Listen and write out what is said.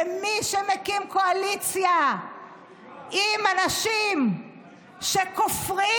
למי שמקים קואליציה עם אנשים שכופרים